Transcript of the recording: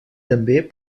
també